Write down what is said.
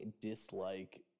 dislike